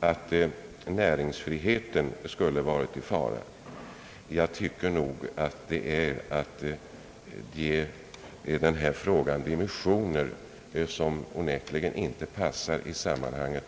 att näringsfriheten varit i fara. Jag tycker att det är att ge denna fråga dimensioner som knappast passar i sammanhanget.